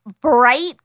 bright